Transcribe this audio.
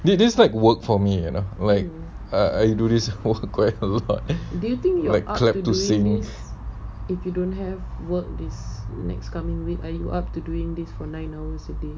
the is like work for me you know I I do this for quite a lot like clapped to say